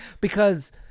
Because-